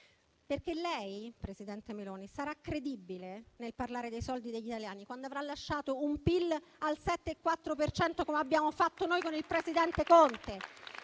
perché lei, presidente Meloni, sarà credibile nel parlare dei soldi degli italiani quando avrà lasciato un PIL al 7,4 per cento, come abbiamo fatto noi con il presidente Conte.